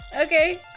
Okay